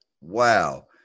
Wow